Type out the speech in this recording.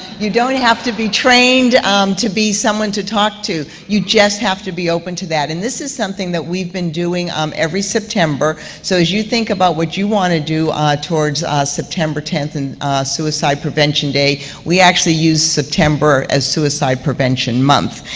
you don't have to be trained um to be someone to talk to. you just have to be open to that. and this is something that we've been doing um every september. so as you think about what you want to do towards september tenth and suicide prevention day, we actually use september as suicide prevention month,